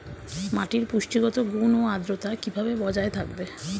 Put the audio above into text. মাটির পুষ্টিগত গুণ ও আদ্রতা কিভাবে বজায় থাকবে?